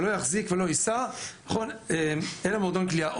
שלא יחזיק ולא יישא, נכון, אלא מועדון קליעה.